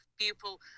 people